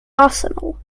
arsenal